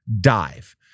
dive